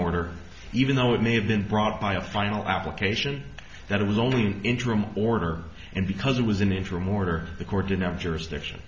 order even though it may have been brought by a final application that it was only an interim order and because it was an interim order the court didn't have jurisdiction